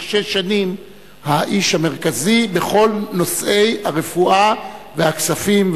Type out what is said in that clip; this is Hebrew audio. שש שנים האיש המרכזי בכל נושאי הרפואה והכספים,